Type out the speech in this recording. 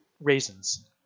raisins